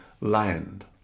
land